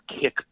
kick